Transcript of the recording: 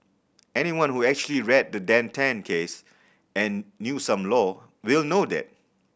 anyone who actually read the Dan Tan case and knew some law will know that